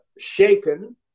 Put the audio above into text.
shaken